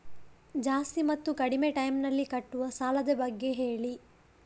ಜಾಸ್ತಿ ಮತ್ತು ಕಡಿಮೆ ಟೈಮ್ ನಲ್ಲಿ ಕಟ್ಟುವ ಸಾಲದ ಬಗ್ಗೆ ಹೇಳಿ